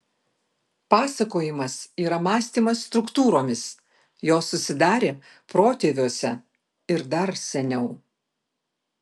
pasakojimas yra mąstymas struktūromis jos susidarė protėviuose ir dar seniau